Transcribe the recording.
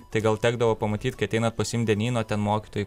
tai gal tekdavo pamatyt kai ateinat pasiimt dienyno ten mokytojai